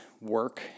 work